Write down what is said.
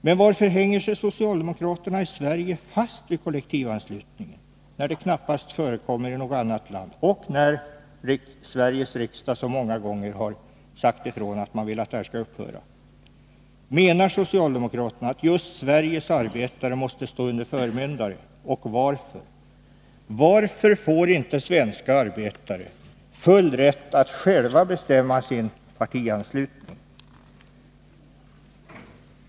Men varför hänger sig socialdemokraterna i Sverige fast vid kollektivanslutningen, när den knappast förekommer i något annat land och när Sveriges riksdag så många gånger har sagt ifrån att man vill att den skall upphöra? Menar socialdemokraterna att just Sveriges arbetare måste stå under förmyndare, och varför? Varför får inte svenska arbetare full rätt att själva bestämma sin partianslutning?